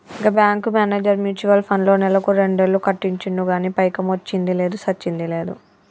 గా bank manager mutual ఫండ్లో నెలకు రెండేలు కట్టించిండు గానీ పైకమొచ్చ్చింది లేదు, సచ్చింది లేదు